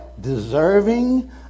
deserving